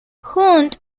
hunt